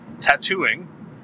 tattooing